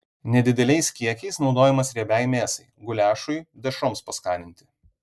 nedideliais kiekiais naudojamas riebiai mėsai guliašui dešroms paskaninti